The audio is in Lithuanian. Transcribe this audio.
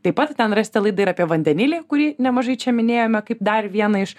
taip pat ten rasite laidą ir apie vandenilį kurį nemažai čia minėjome kaip dar vieną iš